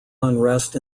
unrest